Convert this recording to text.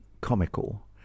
comical